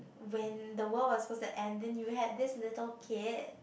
when the world was suppose to end then you had this little kit